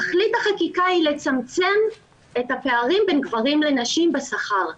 תכלית החקיקה היא לצמצם את הפערים בין גברים לנשים בשכר.